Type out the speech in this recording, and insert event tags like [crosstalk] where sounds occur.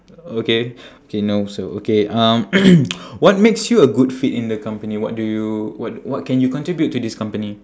okay okay no so okay um [coughs] what makes you a good fit in the company what do you what what can you contribute to this company